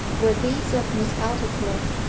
were these of miss aldclyffe,